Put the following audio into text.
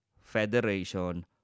Federation